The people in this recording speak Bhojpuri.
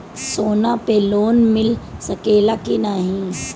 सोना पे लोन मिल सकेला की नाहीं?